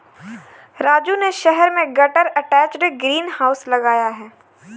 राजू ने शहर में गटर अटैच्ड ग्रीन हाउस लगाया है